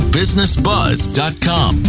businessbuzz.com